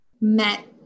met